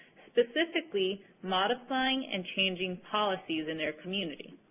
specifically modifying and changing policies in their community.